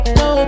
no